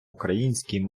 українській